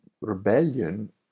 rebellion